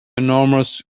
enormous